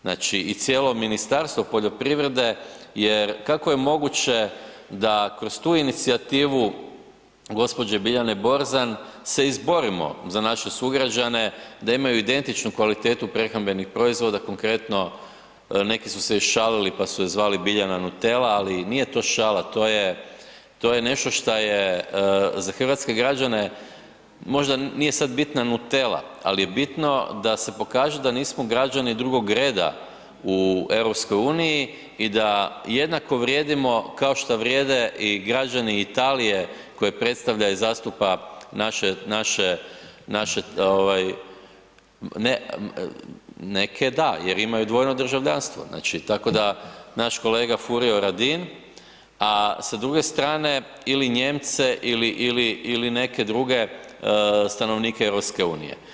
Znači i cijelo Ministarstvo poljoprivrede jer kako je moguće da kroz tu inicijativu gospođe Biljane Borzan se izborimo za naše sugrađane da imaju identičnu kvalitetu prehrambenih proizvoda konkretno neki su se i šalili pa su je zvali Biljana Nutella, ali nije to šala to je nešto šta je za hrvatske građane, možda nije sad bitna Nutella, ali je bitno da se pokaže da nismo građani drugog reda u EU i da jednako vrijedimo kao što vrijede i građani Italije koje predstavlja i zastupa naše, naše ovaj, neke da jer imaju dvojno državljanstvo, tako da naš kolega Furio Radin, a sa druge strane ili Nijemce ili neke druge stanovnike EU.